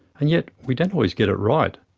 and yet we don't always get it right.